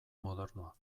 modernoa